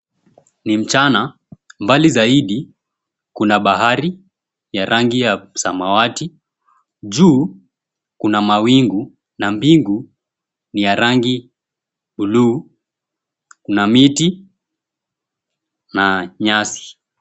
Ni mchana. Mbali zaidi kuna bahari ya rangi ya samawati. Juu kuna mawingu na mbingu ni ya rangi buluu. Kuna miti na nyasi.